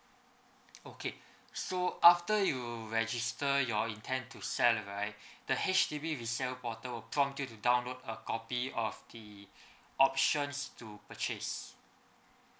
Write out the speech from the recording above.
okay so after you register your intend to sell right the H_D_B resale portal will prompt you to download a copy of the options to purchase